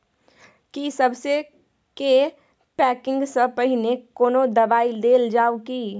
की सबसे के पैकिंग स पहिने कोनो दबाई देल जाव की?